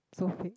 so fake